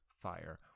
fire